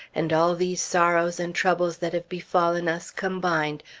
and all these sorrows and troubles that have befallen us, combined,